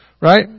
Right